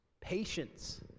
Patience